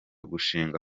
gushinga